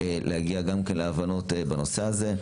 להגיע להבנות בנושא הזה,